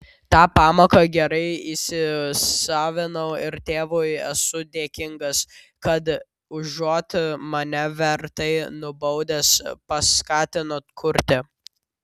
tą pamoką gerai įsisavinau ir tėvui esu dėkingas kad užuot mane vertai nubaudęs paskatino kurti